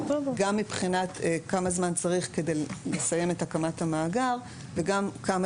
גם מבחינת כמה זמן צריך כדי לסיים את הקמת המאגר וגם כמה